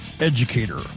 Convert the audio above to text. Educator